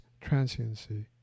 transiency